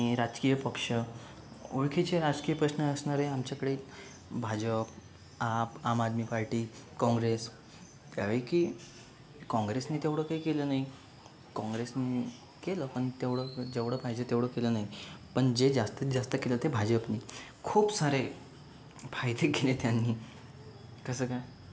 आणि राजकीय पक्ष ओळखीचे राजकीय प्रश्न असणारे आमच्याकडे भा ज प आ प आम आदमी पार्टी काँग्रेस काही की काँग्रेसनं तेवढं काही केलं नाही काँग्रेसनं केलं पण तेवढं जेवढं पाहिजे तेवढं केलं नाही पण जे जास्तीत जास्त केलं ते भा ज पनी खूप सारे फायदे केले त्यांनी कसं काय